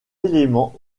éléments